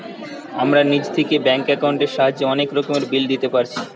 আমরা নিজে থিকে ব্যাঙ্ক একাউন্টের সাহায্যে অনেক রকমের বিল দিতে পারছি